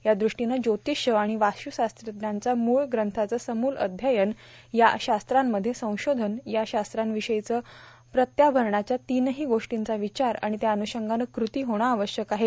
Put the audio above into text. या द्रष्टीने ज्योतिष आणि वास्तुशास्त्राांच्या मूळ ग्रंथांचे समूल अध्ययन या शास्त्राांमध्ये संशोधन आणि या शास्त्राांविषयीचे प्रत्याभरणया तीनही गोष्टींचा विचार आणि त्या अनूषंगानं कृती होणे आवश्यक आहे